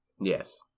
Yes